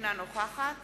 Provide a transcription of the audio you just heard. אינה נוכחת